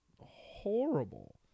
horrible